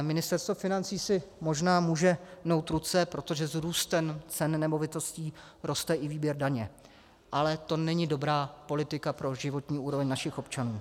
Ministerstvo financí si možná může mnout ruce, protože s růstem cen nemovitostí roste i výběr daně, ale to není dobrá politika pro životní úroveň našich občanů.